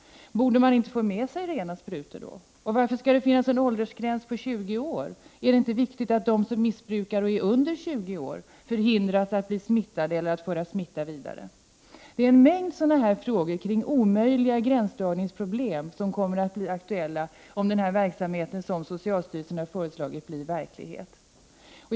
Borde man inte få med sig rena sprutor då? Och varför skall det finnas en åldersgräns på 20 år? Är det inte viktigt att de som missbrukar och är under 20 år förhindras att bli smittade eller att föra smittan vidare? Det finns en mängd frågor kring omöjliga gränsdragningsproblem som kommer att bli aktuella om den verksamhet som socialstyrelsen föreslår blir verklighet.